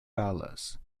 palace